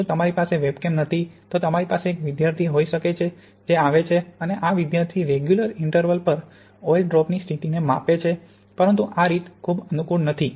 જો તમારી પાસે વેબકેમ નથી તો તમારી પાસે એક વિદ્યાર્થી હોઈ શકે છે જે આવે છે અને આ વિદ્યાર્થી રેગ્યુલર ઇન્ટરવલ પર ઓઇલ ડ્રોપની સ્થિતિને માપે છે પરંતુ આ રીત ખૂબ અનુકૂળ નથી તે છે